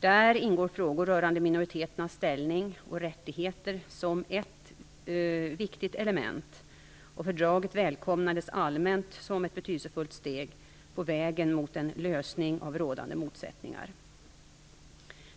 Där ingår frågor rörande minoriteternas ställning och rättigheter som ett viktigt element, och fördraget välkomnades allmänt som ett betydelsefullt steg på vägen mot en lösning av rådande motsättningar.